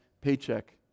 paycheck